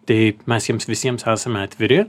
taip mes jiems visiems esame atviri